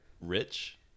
rich